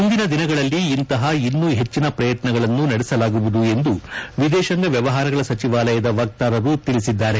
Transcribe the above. ಮುಂದಿನ ದಿನಗಳಲ್ಲಿ ಇಂತಪ ಇನ್ನು ಹೆಚ್ಚಿನ ಪ್ರಯತ್ನಗಳನ್ನು ನಡೆಸಲಾಗುವುದು ಎಂದು ವಿದೇಶಾಂಗ ವ್ಯವಾರಗಳ ಸಚಿವಾಲಯದ ವಕ್ತಾರು ತಿಳಿಸಿದ್ದಾರೆ